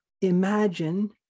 imagine